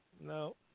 No